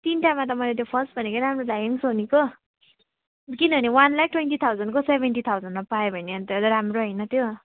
तिनवटामा त मैले तो फर्स्ट भनेको राम्रो लाग्यो नि सोनीको किनभने वान लाख ट्वेन्टी थाउजन्डको सेभेन्टी थाउजन्डमा पायो भने अन्त राम्रो होइन त्यो